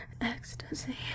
ecstasy